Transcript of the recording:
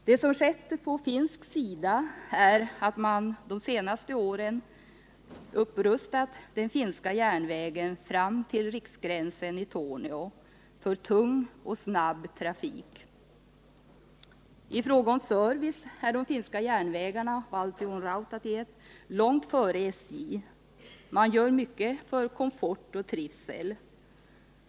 Det som skett på finsk sida är att man under de senaste åren fram till riksgränsen i Torneå rustat upp den finska järnvägen för tung och snabb trafik. I fråga om service är de finska järnvägarna, Valtion-rautatiet, långt före SJ. Man gör mycket för komfort och trivsel.